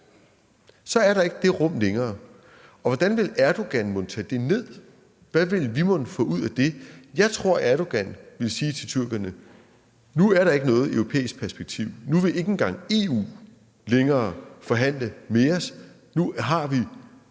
Så er der ikke det rum længere, og hvordan ville Erdogan mon tage det ned? Hvad ville vi mon få ud af det? Jeg tror, Erdogan ville sige til tyrkerne: Nu er der ikke noget europæisk perspektiv, nu vil ikke engang EU længere forhandle med os. Nu har vi